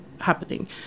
happening